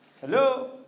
Hello